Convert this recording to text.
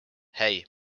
hei